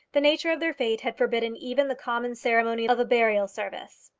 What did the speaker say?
the nature of their fate had forbidden even the common ceremony of a burial service.